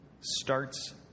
starts